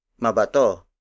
Mabato